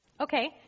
Okay